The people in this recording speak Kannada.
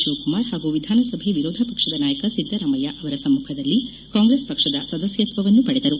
ಶಿವಕುಮಾರ್ ಹಾಗೂ ವಿಧಾನಸಭೆ ವಿರೋಧ ಪಕ್ಷದ ನಾಯಕ ಸಿದ್ದರಾಮಯ್ಯ ಅವರ ಸಮ್ಮುಖದಲ್ಲಿ ಕಾಂಗ್ರೆಸ್ ಪಕ್ಷದ ಸದಸ್ಯತ್ವವನ್ನು ಪಡೆದರು